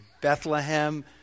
Bethlehem